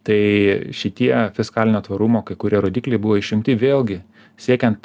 tai šitie fiskalinio tvarumo kai kurie rodikliai buvo išimti vėlgi siekiant